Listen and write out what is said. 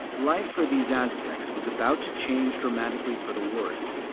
life for these aztecs was about to change dramatically for the worse,